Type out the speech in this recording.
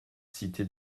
cité